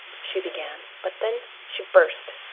she began but then she burst.